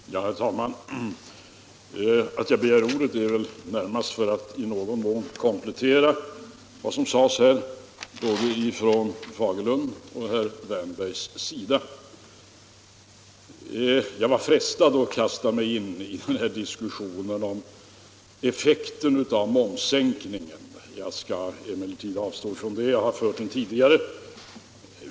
Herr talman! Att jag begär ordet beror närmast på att jag i någon mån vill komplettera vad som sagts både av herr Fagerlund och av herr Wärnberg. Jag var frestad att kasta mig in i diskussionen om effekten av momssänkningen. Jag skall emellertid avstå från det, då jag har fört den tidigare.